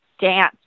dance